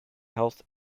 health